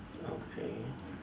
okay